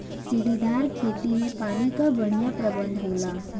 सीढ़ीदार खेती में पानी कअ बढ़िया प्रबंध होला